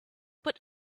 but